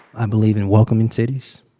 i believe in welcoming cities.